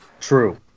True